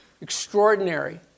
Extraordinary